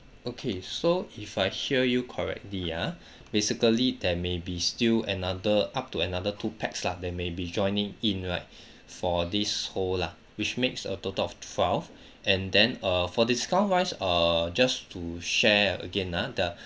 okay so if I hear you correctly ah basically there may be still another up to another two pax lah they may be joining in right for this whole lah which makes a total of twelve and then uh for discount wise err just to share again ah the